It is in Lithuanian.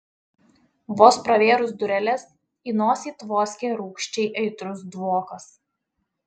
vos pravėrus dureles į nosį tvoskė rūgščiai aitrus dvokas